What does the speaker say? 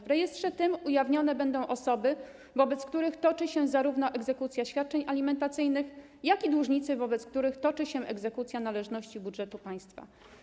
W rejestrze tym ujawnione będą zarówno osoby, wobec których toczy się egzekucja świadczeń alimentacyjnych, jak i dłużnicy, wobec których toczy się egzekucja należności budżetu państwa.